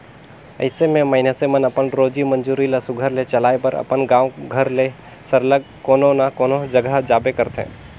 अइसे में मइनसे मन अपन रोजी मंजूरी ल सुग्घर ले चलाए बर अपन गाँव घर ले सरलग कोनो न कोनो जगहा जाबे करथे